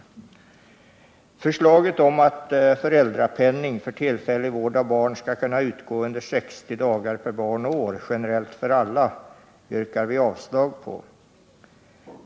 Förslaget om att föräldrapenning för tillfällig vård av barn skall kunna utgå under 60 dagar per barn och år, generellt för alla, yrkar vi avslag på.